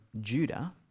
judah